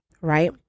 right